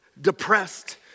depressed